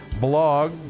blog